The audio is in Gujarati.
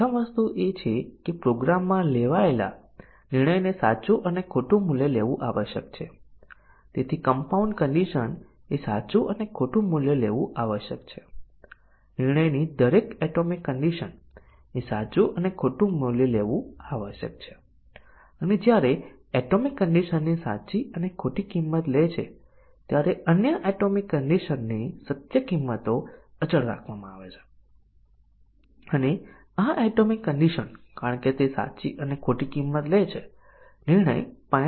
અમે શોર્ટ સર્કિટ મૂલ્યાંકનનું ઉદાહરણ જોશું અને શા માટે બહુવિધ કન્ડિશન કવરેજ અને કન્ડિશન ડીસીઝન કવરેજ તેથી આપણે જે રીતે જોયું તે ખરેખર ખૂબ સરળ છે કમ્પાઇલર ખરેખર તેના જેવા મૂલ્યાંકન કરતું નથી અને તેથી ટેસ્ટીંગ ના કેસોની સંખ્યા જરૂરી છે ઓછા બનો અને આપણી કેટલીક ધારણાઓ ખરેખર ખૂબ સરળ હતી કમ્પાઇલર તેનું મૂલ્યાંકન કરતું નથી